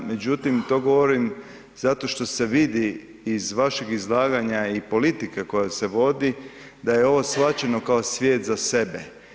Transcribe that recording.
Međutim, to govorim zato što se vidi iz vašeg izlaganja i politike koja se vodi da je ovo shvaćeno kao svijet za sebe.